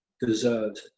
deserved